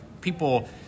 people